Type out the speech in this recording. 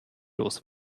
los